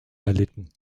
erlitten